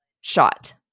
shot